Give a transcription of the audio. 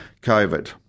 COVID